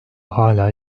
hala